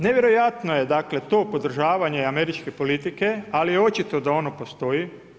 Nevjerojatno je to podržavanje američke politike, ali je očito da ono postoji.